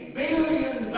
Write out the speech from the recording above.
billion